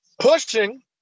pushing